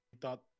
thought